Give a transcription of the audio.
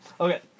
Okay